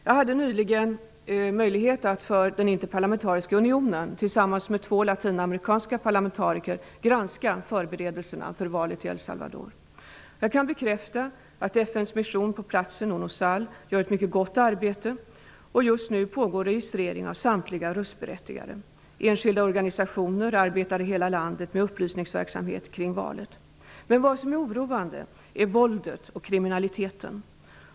Jag hade nyligen möjlighet att för Interparlamentariska unionen tillsammans med två latinamerikanska parlamentariker granska förberedelserna för valet i El Salvador. Jag kan bekräfta att FN:s mission på platsen, ONUSAL, gör ett mycket gott arbete. Just nu pågår registrering av samtliga röstberättigade. Enskilda organisationer arbetar i hela landet med upplysningsverksamhet kring valet. Vad som är oroande är dock våldet och kriminaliteten.